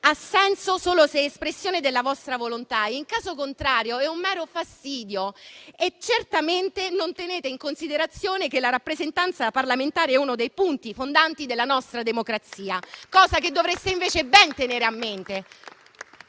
ha senso solo se espressione della vostra volontà; in caso contrario, è un mero fastidio e certamente non tenete in considerazione che la rappresentanza parlamentare è uno dei punti fondanti della nostra democrazia, cosa che dovreste invece ben tenere a mente